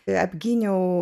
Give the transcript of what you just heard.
ją apgyniau